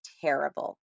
terrible